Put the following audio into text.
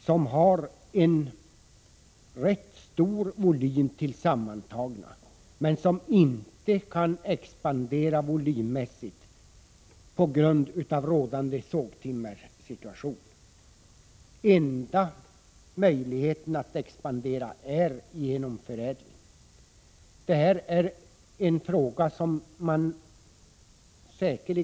Volymen är rätt stor sammantaget, men sågverken kan inte expandera volymmässigt på grund av den situation som råder när det gäller sågtimmer. Den enda möjligheten att expandera är att förädla.